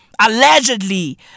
Allegedly